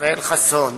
ישראל חסון